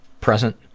present